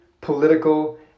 political